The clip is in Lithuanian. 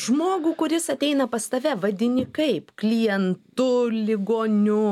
žmogų kuris ateina pas tave vadini kaip klientu ligoniu